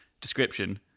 description